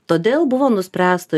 todėl buvo nuspręsta